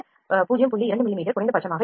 2 மிமீ குறைந்தபட்சமாக இருக்கும்